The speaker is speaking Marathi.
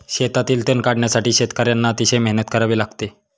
शेतातील तण काढण्यासाठी शेतकर्यांना अतिशय मेहनत करावी लागते